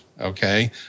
okay